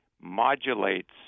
modulates